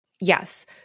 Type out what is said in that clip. Yes